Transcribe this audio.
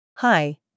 Hi